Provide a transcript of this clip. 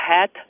hat